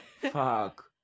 fuck